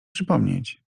przypomnieć